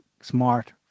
smart